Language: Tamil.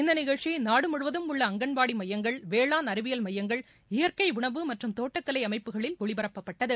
இந்த நிகழ்ச்சி நாடு முழுவதும் உள்ள அங்கன்வாடி மையங்கள் வேளாண் அறிவியல் மையங்கள் இயற்கை உணவு மற்றும் தோட்டக்கலை அமைப்புகளில் ஒளிபரப்பப்பட்டது